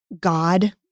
God